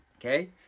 Okay